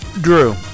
Drew